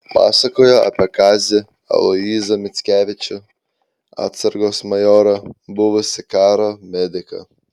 pasakojo apie kazį aloyzą mickevičių atsargos majorą buvusį karo mediką